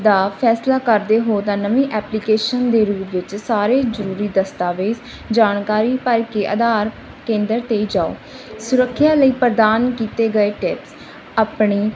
ਦਾ ਫੈਸਲਾ ਕਰਦੇ ਹੋ ਤਾਂ ਨਵੀਂ ਐਪਲੀਕੇਸ਼ਨ ਦੇ ਰੂਪ ਵਿੱਚ ਸਾਰੇ ਜ਼ਰੂਰੀ ਦਸਤਾਵੇਜ਼ ਜਾਣਕਾਰੀ ਭਰ ਕੇ ਆਧਾਰ ਕੇਂਦਰ 'ਤੇ ਜਾਓ ਸੁਰੱਖਿਆ ਲਈ ਪ੍ਰਧਾਨ ਕੀਤੇ ਗਏ ਟਿਪਸ ਆਪਣੀ